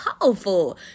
powerful